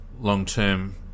long-term